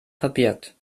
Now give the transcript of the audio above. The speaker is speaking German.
verbirgt